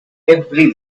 every